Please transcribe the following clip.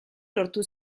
lortu